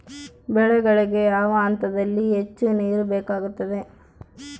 ಬೆಳೆಗಳಿಗೆ ಯಾವ ಹಂತದಲ್ಲಿ ಹೆಚ್ಚು ನೇರು ಬೇಕಾಗುತ್ತದೆ?